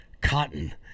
cotton